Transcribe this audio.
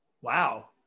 wow